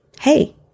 hey